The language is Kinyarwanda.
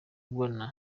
warner